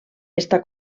està